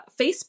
Facebook